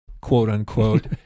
quote-unquote